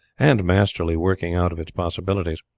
and masterly working out of its possibilities.